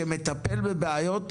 שמטפל בבעיות,